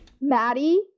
Maddie